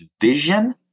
vision